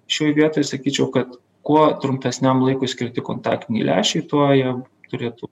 šioj vietoj sakyčiau kad kuo trumpesniam laikui skirti kontaktiniai lęšiai tuo jie turėtų